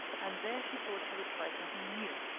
and there she thought she would try something new,